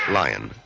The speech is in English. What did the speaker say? lion